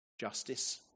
Justice